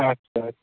আচ্ছা